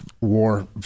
war